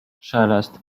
szelest